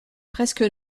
presque